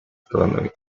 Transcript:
страной